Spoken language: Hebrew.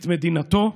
את מדינתו,